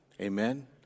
amen